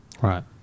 Right